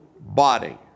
body